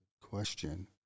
question